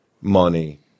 money